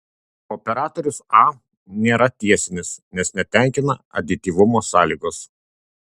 operatorius a nėra tiesinis nes netenkina adityvumo sąlygos